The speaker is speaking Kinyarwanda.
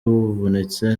wavunitse